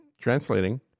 translating